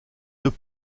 deux